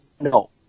No